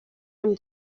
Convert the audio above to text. amb